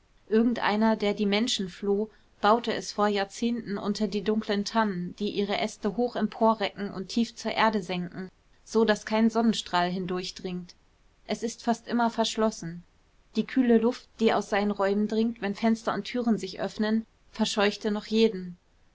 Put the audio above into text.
irgendeiner der die menschen floh baute es vor jahrzehnten unter die dunklen tannen die ihre äste hoch emporrecken und tief zur erde senken so daß kein sonnenstrahl hindurchdringt es ist fast immer verschlossen die kühle luft die aus seinen räumen dringt wenn fenster und türen sich öffnen verscheuchte noch jeden